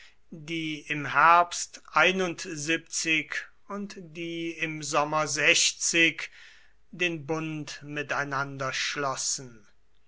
die im herbst und die im sommer den bund miteinander schlossen